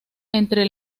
entre